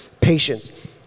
patience